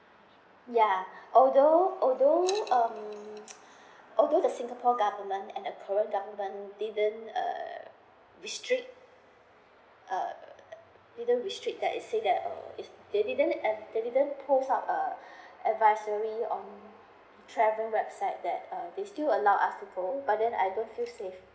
ya although although um although the singapore government and the korea government didn't err restrict err didn't restrict that it says that uh it they didn't they didn't posts up uh advisory on travelling website that they still allow us to go but then I don't feel safe